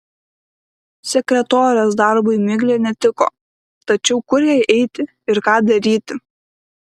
sekretorės darbui miglė netiko tačiau kur jai eiti ir ką daryti